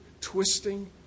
twisting